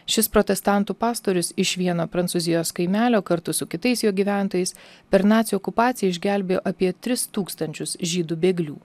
šis protestantų pastorius iš vieno prancūzijos kaimelio kartu su kitais jo gyventojais per nacių okupaciją išgelbėjo apie tris tūkstančius žydų bėglių